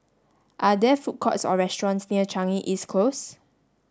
are there food courts or restaurants near Changi East Close